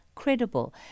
Credible